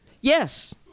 Yes